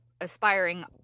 aspiring